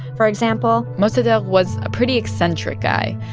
for example mossadegh was a pretty eccentric guy,